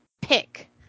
pick